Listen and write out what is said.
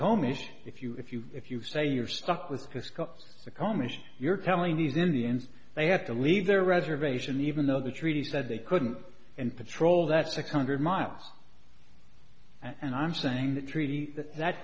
comissioner if you if you if you say you're stuck with the scots the commission you're telling these indians they had to leave their reservation even though the treaty said they couldn't and patrol that six hundred miles and i'm saying that treaty that